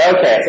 Okay